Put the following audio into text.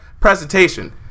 presentation